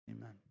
amen